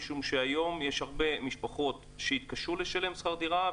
משום שהיום יש הרבה משפחות שיתקשו לשלם שכר דירה,